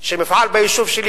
שמפעל ביישוב שלי,